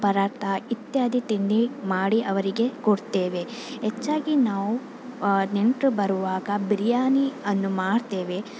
ಪರಾಠ ಇತ್ಯಾದಿ ತಿಂಡಿ ಮಾಡಿ ಅವರಿಗೆ ಕೊಡ್ತೇವೆ ಹೆಚ್ಚಾಗಿ ನಾವು ನೆಂಟರು ಬರುವಾಗ ಬಿರಿಯಾನಿಯನ್ನು ಮಾಡ್ತೇವೆ